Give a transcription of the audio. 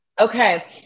Okay